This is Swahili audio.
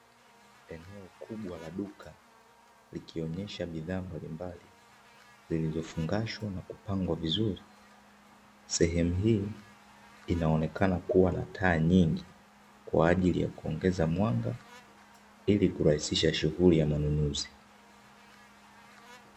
Eneo kubwa la duka likionyesha bidhaa mbalimbali zilizofungashwa na kupangwa vizuri. Sehemu hii inaonekana kuwa na taa nyingi kwa ajili ya kuongeza mwanga ili kurahisisha shughuli ya manunuzi.